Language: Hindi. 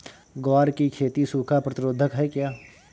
ग्वार की खेती सूखा प्रतीरोधक है क्या?